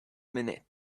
minute